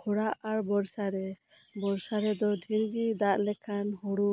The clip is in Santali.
ᱠᱷᱚᱨᱟ ᱟᱨ ᱵᱚᱨᱥᱟ ᱨᱮ ᱵᱚᱨᱥᱟ ᱨᱮᱫᱚ ᱰᱷᱮᱨ ᱜᱮ ᱫᱟᱜ ᱞᱮᱠᱷᱟᱱ ᱦᱩᱲᱩ